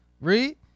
Read